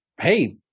hey